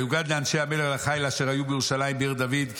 ויגד לאנשי המלך ולחיל אשר היו בירושלים בעיר דוד כי